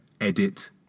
edit